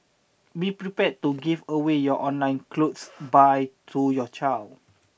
be prepared to give away your online clothes buy to your child